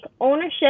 ownership